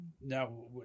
now